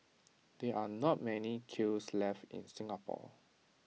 there are not many kilns left in Singapore